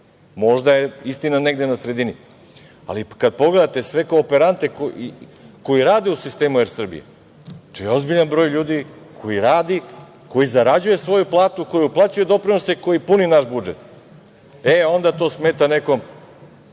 možda je istina negde na sredini. Ali, kad pogledate sve kooperante koji rade u sistemu „Er Srbija“, to je ozbiljan broj ljudi koji radi, koji zarađuje svoju platu, koji uplaćuju doprinose, koji pune naš budžet. E, onda to smeta nekom